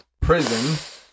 Prison